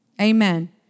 Amen